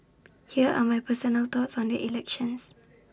here are my personal thoughts on the elections